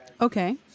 Okay